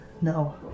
no